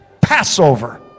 Passover